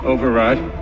Override